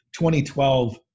2012